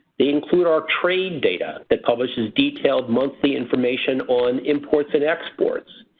they include our trade data that publishes detailed monthly information on imports and exports.